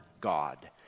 God